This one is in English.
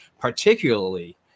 particularly